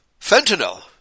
fentanyl